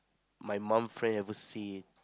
my mum friend ever say